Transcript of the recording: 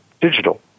digital